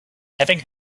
having